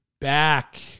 back